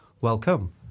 Welcome